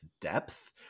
depth